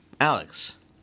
alex